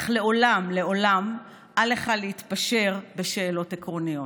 אך לעולם, "לעולם אל לך להתפשר בשאלות עקרוניות".